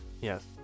Yes